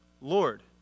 Lord